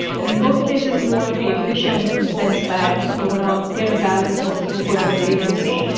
and in both cases, you want to be efficient in the sense that you want to get a balance of throughput and latency.